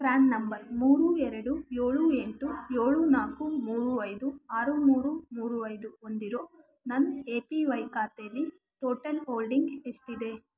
PRAN number ಮೂರು ಎರಡು ಏಳು ಎಂಟು ಏಳು ನಾಲ್ಕು ಮೂರು ಐದು ಆರು ಮೂರು ಮೂರು ಐದು ಹೊಂದಿರೋ ನನ್ನ ಎ ಪಿ ವೈ ಖಾತೇಲಿ ಟೋಟಲ್ ಹೋಲ್ಡಿಂಗ್ ಎಷ್ಟಿದೆ